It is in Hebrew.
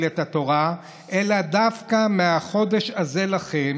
את התורה אלא דווקא מ'החדש הזה לכם'",